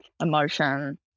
emotion